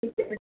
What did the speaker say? ठीक है